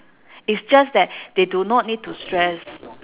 is just that they do not need to stress